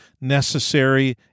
necessary